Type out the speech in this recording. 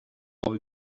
all